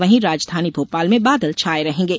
वहीं राजधानी भोपाल में बादल छाये रहेंगे